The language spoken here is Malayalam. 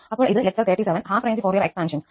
അപ്പോൾ ഇത് lecture 37 half range Fourier expansions